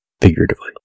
figuratively